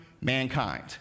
mankind